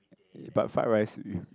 but fried rice